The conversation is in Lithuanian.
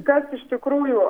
kas iš tikrųjų